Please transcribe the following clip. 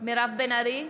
מירב בן ארי,